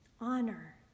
honor